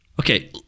Okay